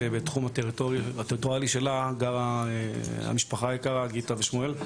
שבתחום הטריטוריאלי שלה גרה המשפחה היקרה גיטה ושמואל.